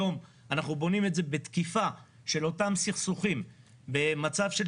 היום אנחנו בונים את זה בתקיפה של אותם סכסוכים במצב של